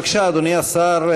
בבקשה, אדוני השר.